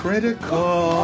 Critical